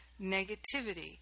negativity